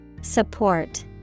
Support